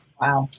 Wow